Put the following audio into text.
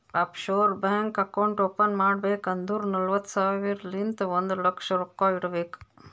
of sure bank account open ಮಾಡ್ಬೇಕ್ ಅಂದುರ್ ನಲ್ವತ್ತ್ ಸಾವಿರಲಿಂತ್ ಒಂದ್ ಲಕ್ಷ ರೊಕ್ಕಾ ಇಡಬೇಕ್